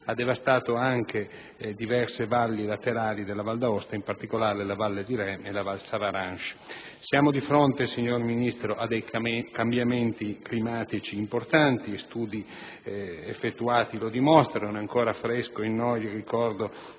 ha devastato anche diverse valli laterali della Valle d'Aosta, in particolare la valle di Rhemes e la valle Savaranche. Siamo di fronte, signor Ministro, a cambiamenti climatici importanti, come dimostrano gli studi effettuati. È ancora fresco in noi il ricordo